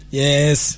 yes